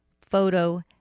photo